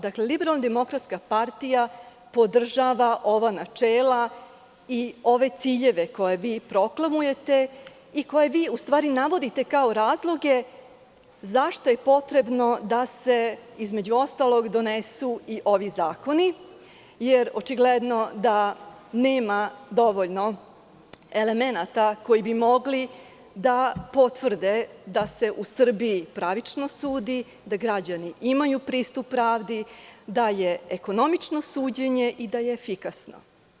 Dakle, LDP podržava ova načela i ove ciljeve koje vi proklamujete i koje vi navodite kao razloge – zašto je potrebno da se, između ostalog, donesu i ovi zakoni, jer očigledno da nema dovoljno elemenata koji bi mogli da potvrde da se u Srbiji pravično sudi, da građani imaju pristup pravdi, da je ekonomično suđenje i da je efikasno.